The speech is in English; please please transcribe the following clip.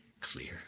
clear